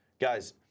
guys